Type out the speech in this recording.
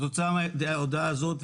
כתוצאה מההודעה הזאת,